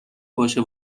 باشه